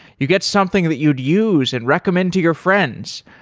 you get something that you'd use and recommend to your friends,